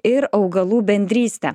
ir augalų bendrystę